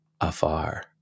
afar